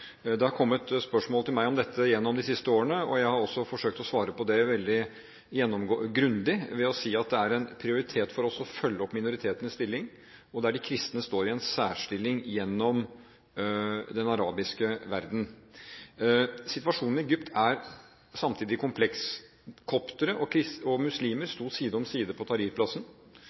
Det er et alvorlig problem. Det har kommet spørsmål til meg om dette gjennom de siste årene, og jeg har også forsøkt å svare på det veldig grundig ved å si at det er en prioritet for oss å følge opp minoritetenes stilling, der de kristne står i en særstilling i den arabiske verden. Situasjonen i Egypt er samtidig kompleks. Koptere og muslimer sto side om side på